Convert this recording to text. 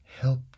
help